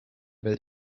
welt